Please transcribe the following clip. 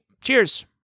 cheers